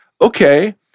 Okay